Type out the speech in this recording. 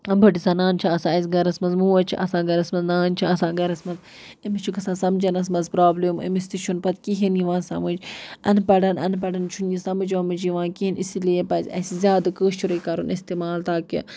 بٔڑ زَنان چھِ آسان اَسہِ گَرَس منٛز موج چھِ آسان گَرَس منٛز نانۍ چھِ آسان گَرَس منٛز أمِس چھُ گژھان سَمجھنَس منٛز پرٛابلِم أمِس تہِ چھُنہٕ پَتہٕ کِہیٖنۍ یِوان سَمٕجھ اَن پَڑن اَن پَڑن چھُنہٕ یہِ سَمٕجھ وَمٕجھ یِوان کِہیٖنۍ اسی لیے پَزِ اَسہِ زیادٕ کٲشُرُے کَرُن استعمال تاکہِ